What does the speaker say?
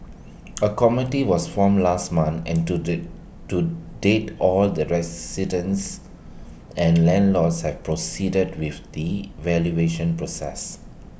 A committee was formed last month and to day to date all the residents and landlords have proceeded with the valuation process